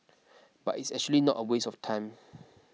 but it's actually not a waste of time